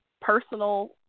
personal